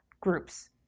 groups